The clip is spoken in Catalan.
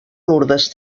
lourdes